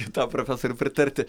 tą profesoriui pritarti